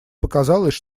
показалось